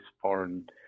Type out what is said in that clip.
foreign